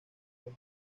los